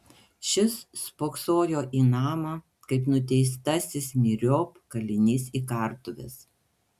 šis spoksojo į namą kaip nuteistasis myriop kalinys į kartuves